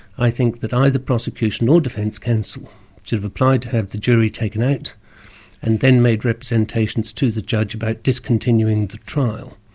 i think that either prosecution or defence counsel should have applied to have the jury taken out and then made representations to the judge about discontinuing the trial.